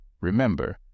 Remember